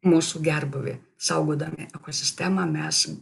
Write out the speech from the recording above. mūsų gerbūvį saugodami ekosistemą mes